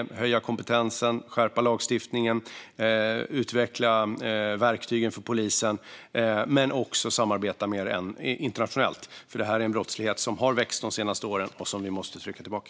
Vi behöver höja kompetensen, skärpa lagstiftningen och utveckla verktygen för polisen men också samarbeta mer internationellt, för det här är en brottslighet som har vuxit de senaste åren och som vi måste trycka tillbaka.